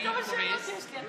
תראה כמה שאלות יש לי.